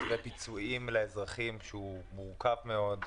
מתווה פיצויים לאזרחים שהוא מורכב מאוד,